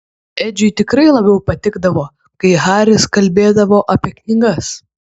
edžiui tikrai labiau patikdavo kai haris kalbėdavo apie knygas